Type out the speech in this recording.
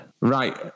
Right